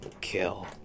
kill